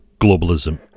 Globalism